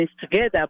together